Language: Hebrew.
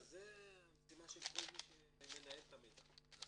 וזו המשימה של כל מי שמנהל את המידע.